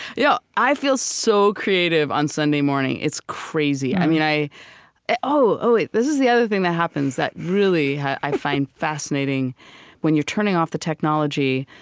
yeah i feel so creative on sunday morning. it's crazy. i mean, i oh, wait. this is the other thing that happens that really i find fascinating when you're turning off the technology,